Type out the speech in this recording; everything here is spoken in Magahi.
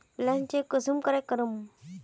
बैलेंस चेक कुंसम करे करूम?